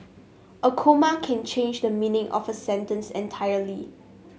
a comma can change the meaning of a sentence entirely